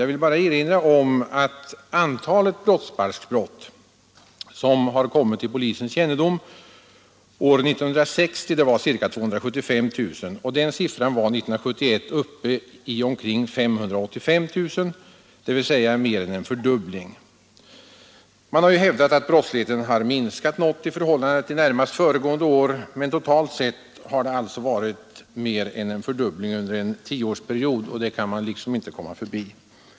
Jag vill bara erinra om att antalet brottsbalksbrott som kommit till polisens kännedom år 1960 var ca 275 000. Den siffran var 1971 uppe i omkring 585 000, dvs. mer än en fördubbling. Man har hävdat att brottsligheten har minskat något i förhållande till närmast föregående år, men totalt sett har det alltså varit mer än en fördubbling under en 10-årsperiod. Det kan man inte komma förbi.